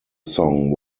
song